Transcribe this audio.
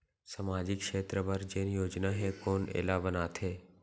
सामाजिक क्षेत्र बर जेन योजना हे कोन एला बनाथे?